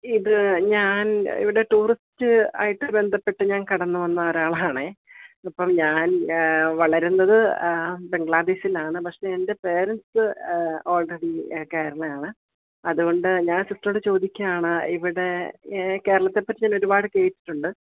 ഇത് ഞാൻ ഇവിടെ ടൂറിസ്റ്റ് ആയിട്ട് ബന്ധപ്പെട്ട് ഞാൻ കടന്നുവന്ന ഒരാളാണേ അപ്പം ഞാൻ വളരുന്നത് ബംഗ്ലാദേശിലാണ് പക്ഷേ എൻ്റെ പേരൻസ് ഓൾറെഡി കേരളയാണ് അതുകൊണ്ട് ഞാൻ സിസ്റ്ററോട് ചോദിക്കുക ഇവിടെ കേരളത്തെ പറ്റി ഞാൻ ഒരുപാട് കേട്ടിട്ടുണ്ട്